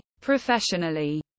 professionally